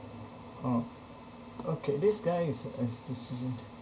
oh okay this guy is is